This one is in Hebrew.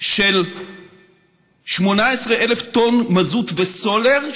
של 18,000 טונות מזוט וסולר.